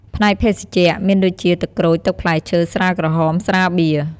ផ្នែកភេសជ្ជៈ មានដូចជា ទឹកក្រូច ទឹកផ្លែឈើ ស្រាក្រហម ស្រាបៀរ...។